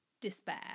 despair